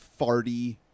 farty